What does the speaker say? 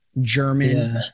German